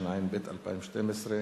התשע"ב 2012,